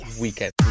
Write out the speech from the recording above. weekend